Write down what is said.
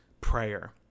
prayer